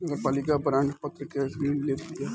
नगरपालिका बांड पत्र से ऋण लेत बिया